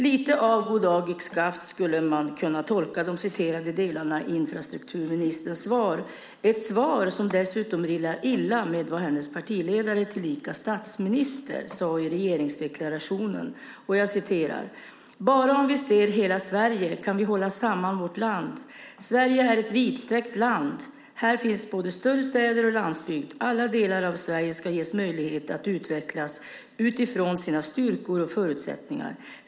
Lite av god dag yxskaft skulle man kunna tolka de citerade delarna i infrastrukturministerns svar som. Det är ett svar som dessutom rimmar illa med vad hennes partiledare tillika statsminister sade i regeringsdeklarationen. Han sade: "Bara om vi ser hela Sverige kan vi hålla samman vårt samhälle. Sverige är ett vidsträckt land. Här finns både större städer och landsbygd. Alla delar av Sverige ska ges möjlighet att utvecklas utifrån sina styrkor och förutsättningar."